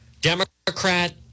Democrat